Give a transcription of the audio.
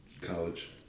college